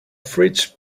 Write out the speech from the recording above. fridge